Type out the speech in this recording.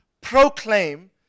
proclaim